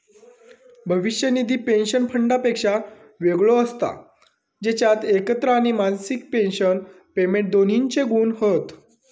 भविष्य निधी पेंशन फंडापेक्षा वेगळो असता जेच्यात एकत्र आणि मासिक पेंशन पेमेंट दोन्हिंचे गुण हत